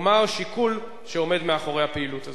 3. מה הוא השיקול שעומד מאחורי הפעילות הזאת?